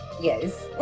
yes